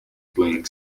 playing